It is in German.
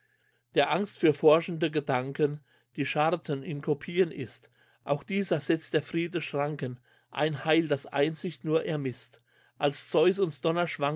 der angst für forschende gedanken die scharten in kopien ist auch dieser setzt der friede schranken ein heil das einsicht nur ermisst als zeus uns